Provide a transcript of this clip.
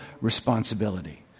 responsibility